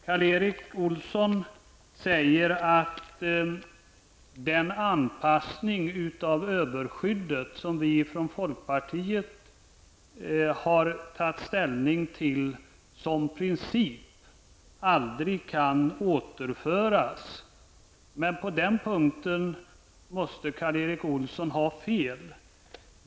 Karl Erik Olsson säger att den anpassning av överskyddet som vi från folkpartiet har tagit ställning för som princip aldrig kan återföras. Men på den punkten måste Karl Erik Olsson ha fel.